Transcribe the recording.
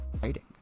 fighting